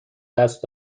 دست